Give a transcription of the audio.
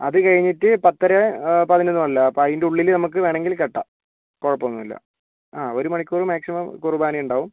അത് കഴിഞ്ഞിട്ട് പത്തര പതിനൊന്നല്ല അപ്പം അതിൻറ്റുള്ളിൽ നമുക്ക് വേണമെങ്കിൽ കെട്ടാം കുഴപ്പൊന്നുല്ല ആ ഒരു മണിക്കൂർ മാക്സിമം കുർബാനയിണ്ടാവും